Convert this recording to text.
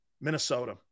Minnesota